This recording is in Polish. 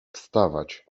wstawać